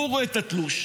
הוא רואה את התלוש,